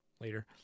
later